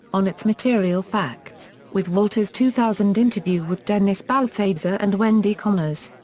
on its material facts, with walter's two thousand interview with dennis balthaser and wendy connors.